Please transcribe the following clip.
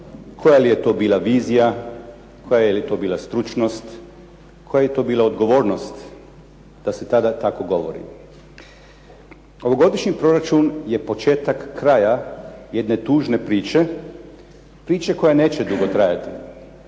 koja li je to bila vizija, koja je li to bila stručnost, koja je to bila odgovornost da se tada tako govori. Ovogodišnji proračun je početak kraja jedne tužne priče, priče koja neće dugo trajati,